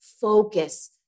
focus